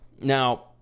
Now